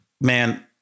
man